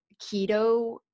keto